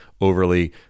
overly